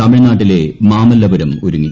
തമിഴ്നാട്ടിലെ മാമല്ലപുരം ഒരുങ്ങി